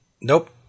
Nope